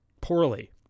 poorly